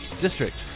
district